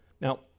Now